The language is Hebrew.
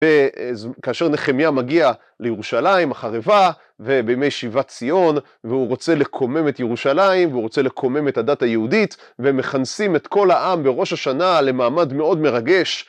וכאשר נחמיה מגיע לירושלים החרבה ובימי שיבת ציון והוא רוצה לקומם את ירושלים והוא רוצה לקומם את הדת היהודית ומכנסים את כל העם בראש השנה למעמד מאוד מרגש